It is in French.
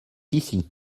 ici